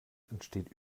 entsteht